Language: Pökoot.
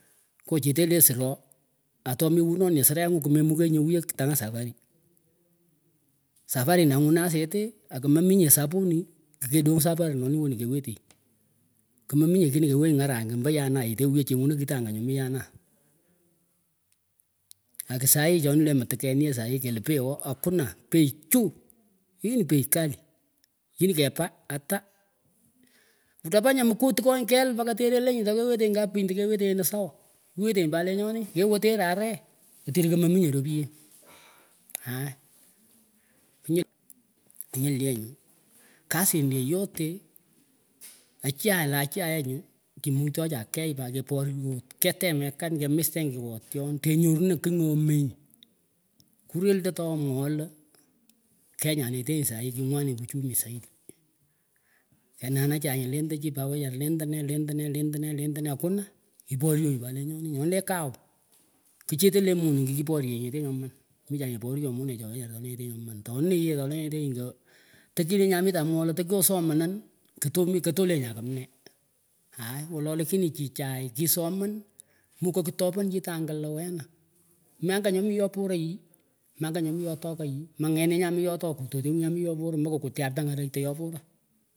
Koh cheteh lehsor atomewunotnyeh srenguh kmemukenyeh wiyah tangah safari safari ngunah aseteh akmeminyeh sapuni kikkedong safiri nonih kewetenyih kmemingeh kiini kewenyih ngarak amba yanayih tewuyah chengunah kitangah nyoh mih yanah ak sahii chonileh mtekenyeh sahii kelah peoh akunah pei juu hii ni bei kali tinihkepah ata utapanyah mguu tkonyih kel pakah terelenyih toh kewetenyih kapich endah kewetenyih anah sawa iwetenyi pat lenyonih kewah terih areh ktul timeminyeh ropien aai knyull knyull yenyuh kasin yeyote achah lehachahenyuh kimuktohchan keyh pat keporyot ketemekan kemistenyih kiwotyon tehnyorunah kigh nyomenyih kurel tah toh mwooh lah kenyanetenyih sahii kingwanit uchumi zaidi kenenecheh nyileh ndachi wechara lendeneh lendeneh lendeneh akuna iporyoh nyih pat lenyoni nyonileh b kawh kchetehleh moningh kikiporyeh cheten nyoman michah keporyoh monechoih wechara toleny the nyoman to anihyeh tolenyetienyih kah tekinyamitah mwoolah tokyoh somenan kutoh mih katolenyah kimneh aai wolo lakini chichay kisoman mulko kutopan chitangah loh wena mih angah nyoh mih yoporah yih mih angah nyoh mih yohtokayih manget nyeh nyah mih yotoh kutoteluh nyah min yoporah mekah kutyarta kurektah yoporah.